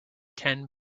ten